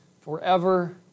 forever